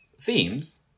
Themes